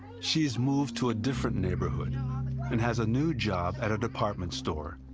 she's moved to a different neighborhood and has a new job at a department store.